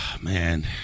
Man